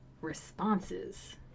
responses